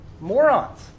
morons